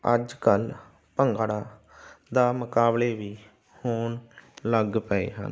ਅੱਜ ਕੱਲ੍ਹ ਭੰਗੜੇ ਦੇ ਮੁਕਾਬਲੇ ਵੀ ਹੋਣ ਲੱਗ ਪਏ ਹਨ